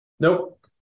Nope